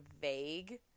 vague